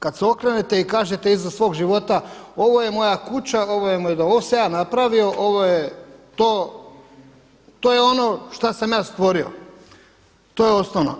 Kada se okrenete i kažete iza svog života ovo je moja kuća, ovo je moje, ovo sam ja napravio, ovo je to ono šta sam ja stvori, to je osnovno.